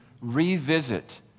revisit